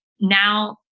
now